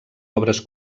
obres